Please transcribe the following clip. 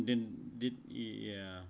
then did ya